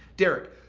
derrick.